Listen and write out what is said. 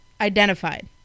identified